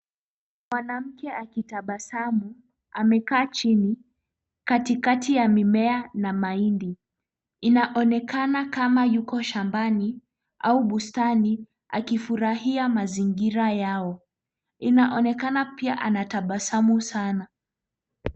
Mwanamke akitabasamu amekaa chini katikati ya mimea na mahindi. Inaonekana kama yuko shambani au bustani akifurahia mazingira yao. Inaonekana pia anatabasamu saana.